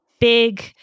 big